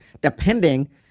depending